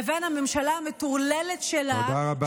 לבין הממשלה המטורללת שלה,